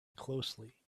closely